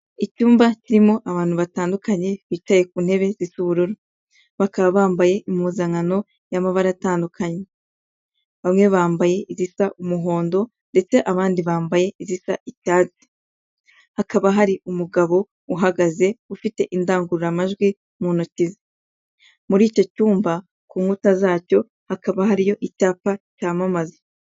Icyumba kirimo abantu batandukanye bicaye ku ntebe zisa ubururu, bakaba bambaye impuzankano y'amabara atandukanye, bamwe bambaye izisa umuhondo ndetse abandi bambaye izina icyatsi, hakaba hari umugabo uhagaze ufite indangururamajwi mu ntoki, muri icyo cyumba ku nkuta zacyo hakaba hariho icyapa cyamamaza.